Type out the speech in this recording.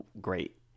great